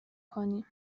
کنیم